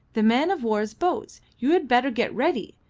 the man-of war's boats. you had better get ready.